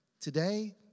today